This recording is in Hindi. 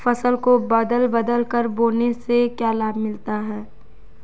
फसल को बदल बदल कर बोने से क्या लाभ मिलता है?